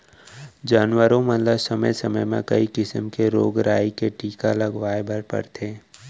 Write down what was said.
जानवरों मन ल समे समे म कई किसम के रोग राई के टीका लगवाए बर परथे